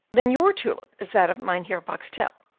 then your tulip is that of mynheer boxtel.